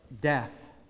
death